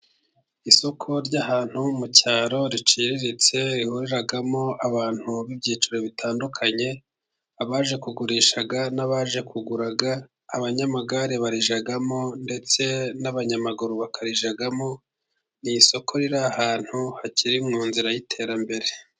Isoko ry'ahantu mu cyaro riciriritse rihuriraramo abantu b'ibyiciro bitandukanye, abaje kugurisha n'abaje kugura, abanyamagare barijagya, ndetse n'abanyamaguru bakarijyamo, ni isoko riri ahantu hakiri mu nzira y'iterambere.